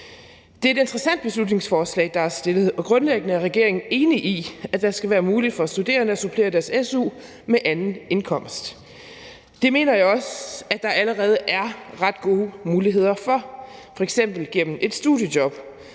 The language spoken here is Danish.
Det er et interessant beslutningsforslag, der er fremsat, og grundlæggende er regeringen enig i, at det skal være muligt for studerende at supplere deres su med anden indkomst. Det mener jeg også at der allerede er ret gode muligheder for, f.eks. gennem et studiejob,